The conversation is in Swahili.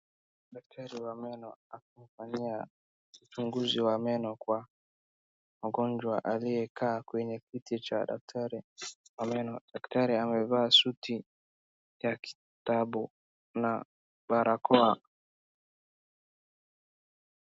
Daktari wa meno anafanyia uchunguzi wa meno kwa mgonjwa aliyekaa kweye kiti cha daktari wa meno daktari amevaa, suti na kitabu na barakoa.